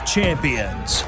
Champions